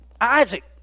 Isaac